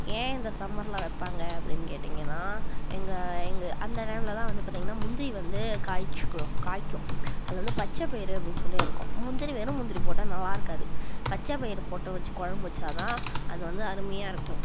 ஏன் இந்த சம்மரில் வைப்பாங்க அப்படின்னு கேட்டிங்கன்னா எங்கள் எங்கள் அந்த டைம்மில தான் வந்து பார்த்தீங்கன்னா முந்திரி வந்து காய்ச்சி குடு காய்க்கும் அதில் வந்து பச்சைபயிறு அப்படின்னு சொல்லி இருக்கும் முந்திரி வெறும் முந்திரி போட்டால் நல்லாருக்காது பச்ச பயிறு போட்டு வச்சி குழம்பு வச்சால் தான் அது வந்து அருமையாக இருக்கும்